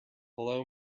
hello